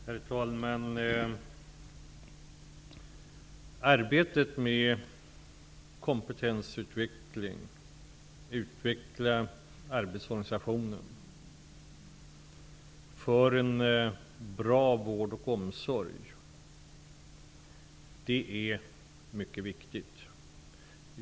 Herr talman! Arbetet med kompetensutveckling -- att utveckla arbetsorganisationen för en bra vård och omsorg -- är mycket viktigt.